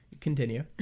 continue